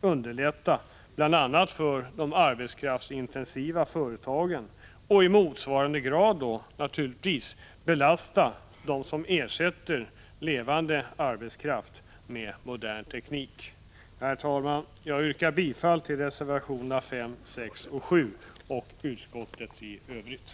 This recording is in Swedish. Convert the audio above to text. underlätta bl.a. för de arbetskraftsintensiva företagen och i motsvarande grad naturligtvis belasta'dem som ersätter levande arbetskraft med modern teknik. Herr talman! Jag yrkar bifall till reservationerna 5, 6 och 7 samt i övrigt till utskottets hemställan.